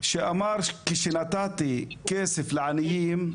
שאמר כשנתתי כסף לעניים,